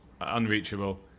Unreachable